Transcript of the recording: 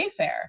Wayfair